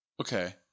Okay